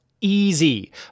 easy